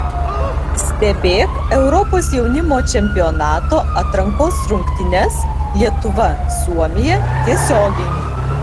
stebėk europos jaunimo čempionato atrankos rungtynes lietuva suomija tiesiogiai